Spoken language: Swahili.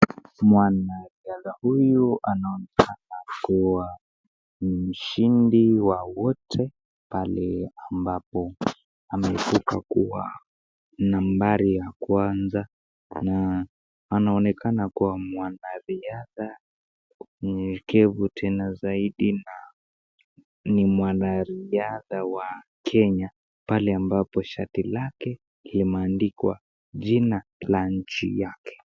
Mwanariadha huyu anaonekana kuwa mshindi wa wote, pale ambapo ameibuka kuwa nambari ya kwanza, na anaonekana kuwa mwanariadha mnyenyekevu tena zaidi, na ni mwanariadha wa Kenya, pale ambapo shati lake limeandikwa jina la nchi yake.